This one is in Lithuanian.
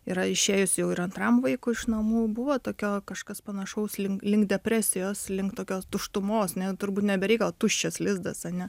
yra išėjus jau ir antram vaikui iš namų buvo tokio kažkas panašaus link depresijos link tokio tuštumos ne turbūt ne be reikalo tuščias lizdas ane